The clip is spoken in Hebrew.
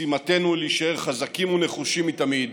משימתנו להישאר חזקים ונחושים מתמיד